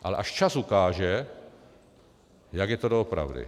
Ale až čas ukáže, jak je to doopravdy.